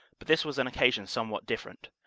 but this was an occasion somewhat different.